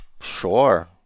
Sure